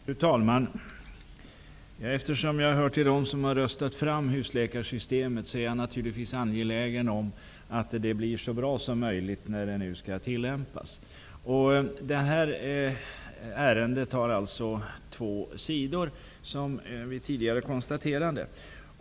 Fru talman! Eftersom jag hör till dem som har röstat fram husläkarsystemet är jag naturligtvis angelägen om att det blir så bra som möjligt, när det nu skall tillämpas. Detta ärende har två sidor, som vi tidigare konstaterade.